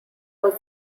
was